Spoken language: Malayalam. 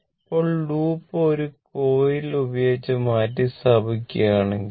ഇപ്പോൾ ലൂപ്പ് ഒരു കോയിൽ ഉപയോഗിച്ച് മാറ്റിസ്ഥാപിക്കുകയാണെങ്കിൽ